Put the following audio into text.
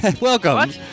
Welcome